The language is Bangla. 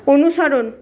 অনুসরণ